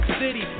city